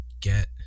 get